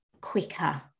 quicker